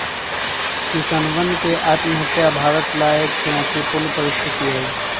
किसानवन के आत्महत्या भारत ला एक चुनौतीपूर्ण परिस्थिति हई